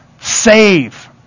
save